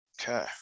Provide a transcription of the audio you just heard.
Okay